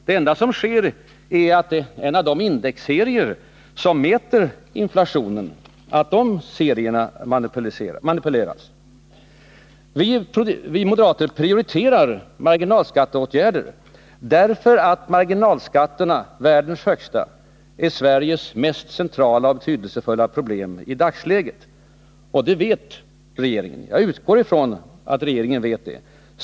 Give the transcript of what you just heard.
Det enda som sker är att en av de indexserier som mäter inflationen manipuleras. Vi moderater prioriterar marginalskatteåtgärder, eftersom marginalskatterna — världens högsta — är Sveriges mest centrala och betydelsefulla problem i dagsläget. Jag utgår från att regeringen vet det.